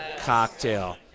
cocktail